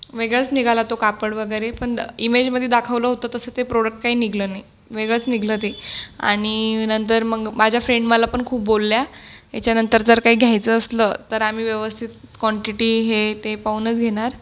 वेगळाच निघाला तो कापड वगैरे पण ईमेजमधे दाखवलं होतं तसं ते प्रोडक्ट काही निघालं नाही वेगळंच निघालं ते आणि नंतर मग माझ्या फ्रेंड मला पण खूप बोलल्या याच्यानंतर जर काही घ्यायचं असलं तर आम्ही व्यवस्थित काँटिटी हे ते पाहूनच घेणार